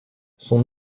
son